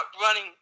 running